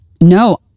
No